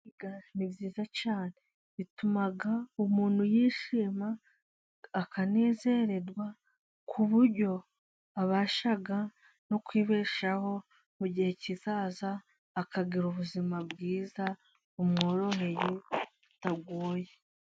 Kwiga ni byiza cyane bituma umuntu yishima akanezererwa, ku buryo abasha no kwibeshaho mu gihe kizaza, akagira ubuzima bwiza bumworoheye butagoye.